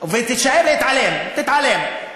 ותמשיך להתעלם, תתעלם.